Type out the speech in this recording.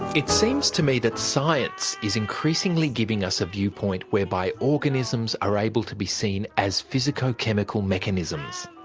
it seems to me that science is increasingly giving us a viewpoint whereby organisms are able to be seen as physico-chemical mechanisms.